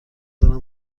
دارم